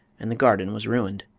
and the garden was ruined.